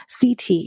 CT